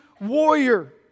warrior